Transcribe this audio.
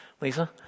Lisa